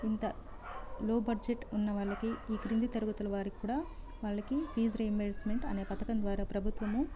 ఇంకా low budget ఉన్న వాళ్ళకి ఈ క్రింది తరగతుల వారికి కూడా వాళ్ళకి ఫీస్ రిమెంబర్సిమెంట్ అనే పథకం ద్వారా ప్రభుత్వము